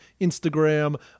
Instagram